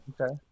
Okay